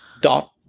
dot